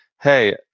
hey